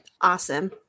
Awesome